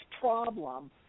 problem